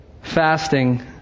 Fasting